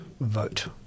vote